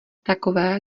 takové